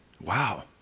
Wow